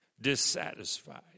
Dissatisfied